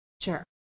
Sure